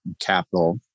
capital